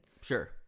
Sure